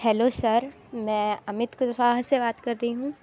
hello sir मैं अमित कुशवाहा से बात कर रही हूँ